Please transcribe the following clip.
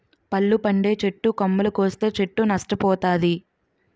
పళ్ళు పండే చెట్టు కొమ్మలు కోస్తే చెట్టు నష్ట పోతాది